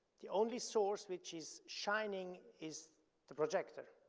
the only source which is shining is the projector,